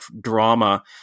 drama